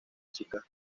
chica